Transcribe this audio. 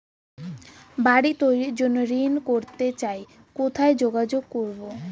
বাড়ি তৈরির জন্য ঋণ করতে চাই কোথায় যোগাযোগ করবো?